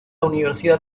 universidad